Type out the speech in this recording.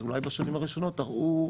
אז אולי בשנים הראשונות יראו,